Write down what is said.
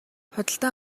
худалдан